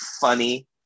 funny